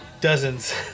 dozens